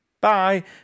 Bye